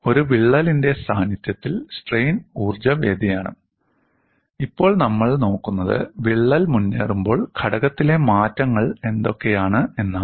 ഒരു വിള്ളലിന്റെ സാന്നിധ്യത്തിൽ സ്ട്രെയിൻ ഊർജ്ജ വ്യതിയാനം ഇപ്പോൾ നമ്മൾ നോക്കുന്നത് വിള്ളൽ മുന്നേറുമ്പോൾ ഘടകത്തിലെ മാറ്റങ്ങൾ എന്തൊക്കെയാണ് എന്നാണ്